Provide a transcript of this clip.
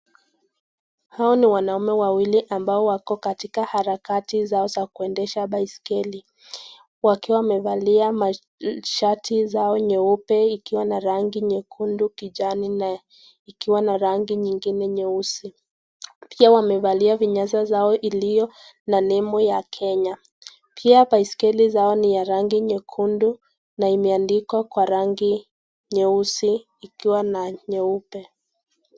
Hao ni wanaume wawili ambao wako katika harakati zao za kuendesha baiskeli. Wakiwa wamevalia shati zao nyeupe ikiwa na rangi nyekundu, kijani na ikiwa na rangi nyingine nyeusi. Pia wamevalia vinyasa zao iliyo na nimu ya Kenya. pia baiskeli zao ni ya rangi nyekundu na imeandikwa kwa rangi nyeusi ikiwa na nyeupe.